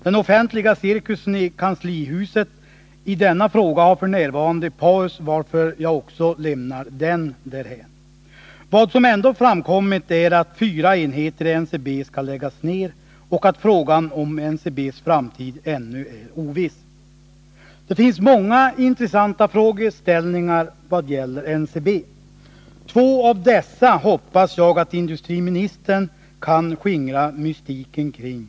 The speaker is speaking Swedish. Den offentliga cirkusen i kanslihuset har f. n. paus varför jag lämnar också den därhän. Vad som ändå har framkommit är att fyra enheter i NCB skall läggas ner och att frågan om NCB:s framtid ännu är oviss. Det finns många intressanta frågeställningar vad gäller NCB. Två av dessa hoppas jag att industriministern kan skingra mystiken kring.